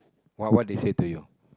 !wah! what they say to you